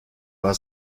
war